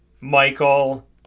Michael